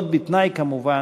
זאת בתנאי, כמובן,